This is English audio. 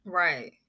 right